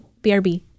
BRB